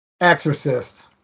exorcist